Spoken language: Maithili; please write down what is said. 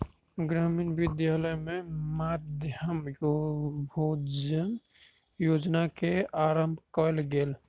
ग्रामीण विद्यालय में मध्याह्न भोजन योजना के आरम्भ कयल गेल